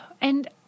And-